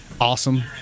awesome